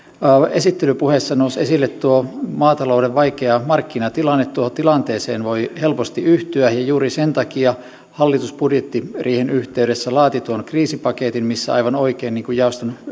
esittelypuheessa nousi esille maatalouden vaikea markkinatilanne tuohon tilanteeseen voi helposti yhtyä ja juuri sen takia hallitus budjettiriihen yhteydessä laati tuon kriisipaketin missä aivan oikein niin kuin jaoston